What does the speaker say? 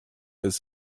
ist